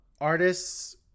artists